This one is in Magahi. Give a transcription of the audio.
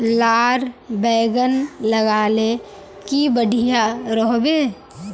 लार बैगन लगाले की बढ़िया रोहबे?